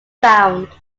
found